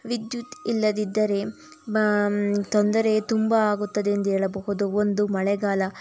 ವಿದ್ಯುತ್ ಇಲ್ಲದಿದ್ದರೆ ಮ ತೊಂದರೆ ತುಂಬ ಆಗುತ್ತದೆ ಎಂದು ಹೇಳಬಹುದು ಒಂದು ಮಳೆಗಾಲ